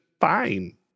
fine